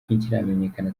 ntikiramenyekana